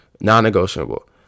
Non-negotiable